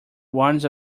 warns